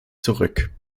zurück